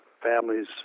families